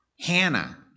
Hannah